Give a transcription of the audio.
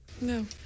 No